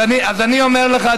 אז אני אומר לך,